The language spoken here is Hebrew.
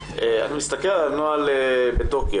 אני מסתכל על הנוהל בתוקף,